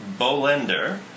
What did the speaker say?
Bolender